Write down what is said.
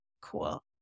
cool